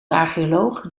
archeoloog